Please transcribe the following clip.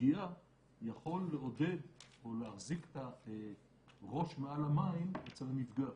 בפגיעה יכול לעודד או להחזיק את הראש מעל המים אצל הנפגע,